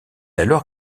alors